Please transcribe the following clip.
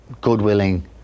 good-willing